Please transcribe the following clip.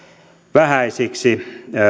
vähäisiksi